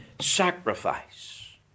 sacrifice